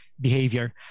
behavior